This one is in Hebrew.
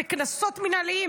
אלה קנסות מינהליים,